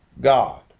God